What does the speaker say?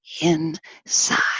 inside